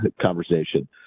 conversation